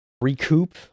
recoup